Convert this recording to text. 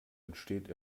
entsteht